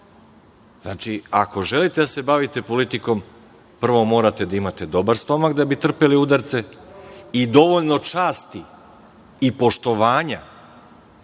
pričam. Znači, ako želite da se bavite politikom prvo morate da imate dobar stomak da bi ste trpeli udarce i dovoljno časti i poštovanja